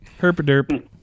Herpaderp